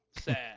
sad